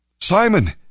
Simon